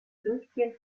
fünfzehn